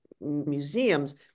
museums